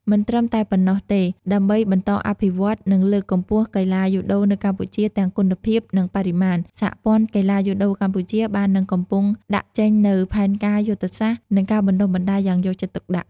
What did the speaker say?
មិនត្រឹមតែប៉ុណ្ណោះទេ ដើម្បីបន្តអភិវឌ្ឍ និងលើកកម្ពស់កីឡាយូដូនៅកម្ពុជា ទាំងគុណភាព និងបរិមាណ សហព័ន្ធកីឡាយូដូកម្ពុជាបាននិងកំពុងដាក់ចេញនូវផែនការយុទ្ធសាស្ត្រ និងការបណ្តុះបណ្តាលយ៉ាងយកចិត្តទុកដាក់ ។